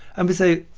and we say,